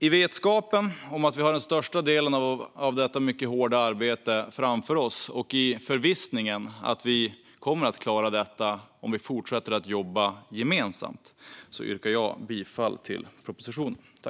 I vetskapen om att vi har den största delen av detta mycket hårda arbete framför oss och i förvissningen om att vi kommer att klara detta om vi fortsätter att jobba gemensamt yrkar jag bifall till propositionen.